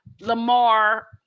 lamar